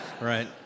Right